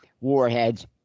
warheads